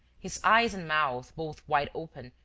his eyes and mouth, both wide open,